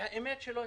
והמידע של הכנסת.